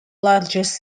largest